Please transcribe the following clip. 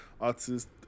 artist